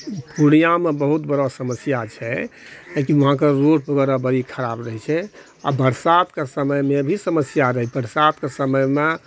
पूर्णियामऽ बहुत बड़ा समस्या छै किआकि वहाँकऽ रोड बड़ी खराब रहैत छै आ बरसातकऽ समयमे भी समस्या रहय बरसातकऽ समयमऽ